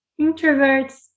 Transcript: introverts